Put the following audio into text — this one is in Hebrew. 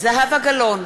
זהבה גלאון,